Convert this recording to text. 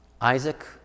Isaac